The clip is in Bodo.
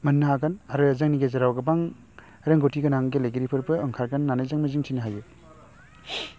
मोन्नो हागोन आरो जोंनि गेजेराव गोबां रोंगौथि गोनां गेलेगिरिफोरबो ओंखारगोन जों मिजिंथिनो हायो